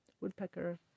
woodpecker